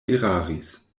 eraris